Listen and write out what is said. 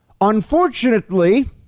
Unfortunately